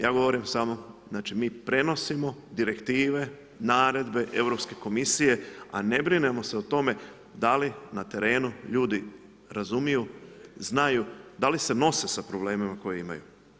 Ja govorim samo znači mi prenosimo direktive, naredbe Europske komisije a ne brinemo se o tome da li na terenu ljudi razumiju, znaju, da li se nose sa problemima koje imaju.